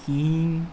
king